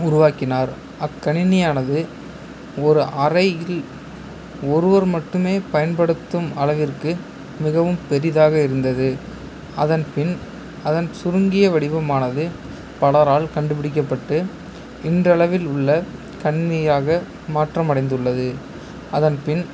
உருவாக்கினார் அக்கணினியானது ஒரு அறையில் ஒருவர் மட்டுமே பயன்படுத்தும் அளவிற்கு மிகவும் பெரிதாக இருந்தது அதன் பின் அதன் சுருங்கிய வடிவமானது பலரால் கண்டுபிடிக்கப்பட்டு இன்றளவில் உள்ள கணினியாக மாற்றம் அடைந்துள்ளது அதன் பின்